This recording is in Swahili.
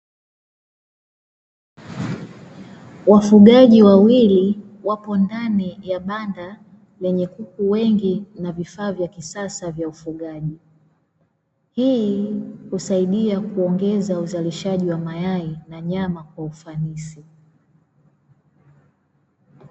Wafugaji wawili wapo ndani ya banda lenye kuku wengi, na vifaa vya kisasa vya ufugaji; hii husaidia kuongeza uzalishaji wa mayai na nyama kwa ufanisi.